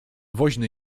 woźny